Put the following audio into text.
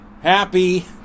happy